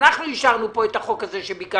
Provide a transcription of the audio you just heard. אנחנו אישרנו פה את החוק הזה שביקשתם.